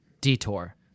detour